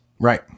Right